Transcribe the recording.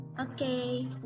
okay